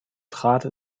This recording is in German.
trat